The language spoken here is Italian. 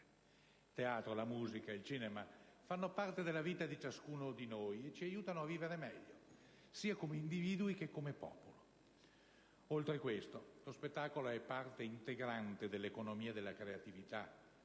teatro, musica e cinema fanno parte della vita di ciascuno di noi e ci aiutano a vivere meglio, sia come individui che come popolo. Oltre questo, lo spettacolo è parte integrante dell'economia della creatività,